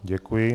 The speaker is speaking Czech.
Děkuji.